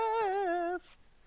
best